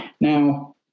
now